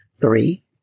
three